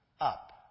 up